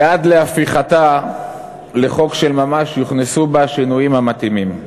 ועד להפיכתה לחוק של ממש יוכנסו בה השינויים המתאימים.